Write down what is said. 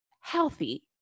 healthy